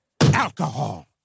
Alcohol